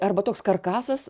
arba toks karkasas